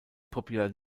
popular